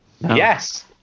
Yes